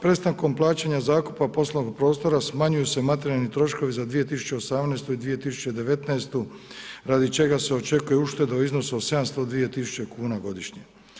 Prestankom plaćanja zakupa poslovnog prostora smanjuju se materijalni troškovi za 2018. i 2019. radi čega se očekuje ušteda u iznosu od 702 000 kuna godišnje.